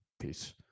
Peace